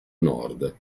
nord